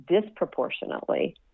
disproportionately